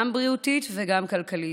גם בריאותית וגם כלכלית,